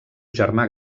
germà